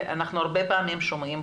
אנחנו בני אדם ואנחנו טועים.